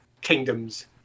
kingdoms